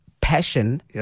passion